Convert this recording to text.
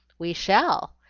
we shall!